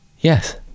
Yes